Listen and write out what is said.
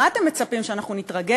מה אתם מצפים, שאנחנו נתרגל?